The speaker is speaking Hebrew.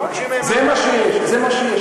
מבקשים מהם, זה מה שיש, זה מה שיש.